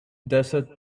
desert